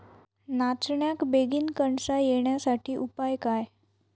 नाचण्याक बेगीन कणसा येण्यासाठी उपाय काय?